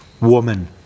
woman